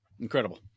Incredible